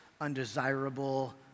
undesirable